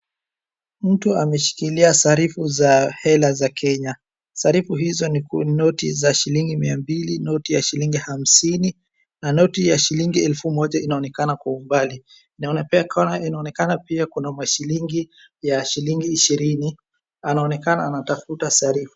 Mtu ameshikilia sarifu za hela za Kenya. Sarifu hizo ni noti za shilingi mia mbili, noti ya shilingi hamsini na noti ya shilingi elfu moja inaonekana kwa umbali. Inonekana pia kuna mashilingi ya shilingi ishirini, anonekana anatafuta sarifu.